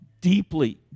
deeply